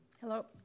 Hello